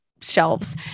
shelves